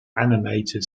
animated